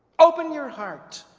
open your heart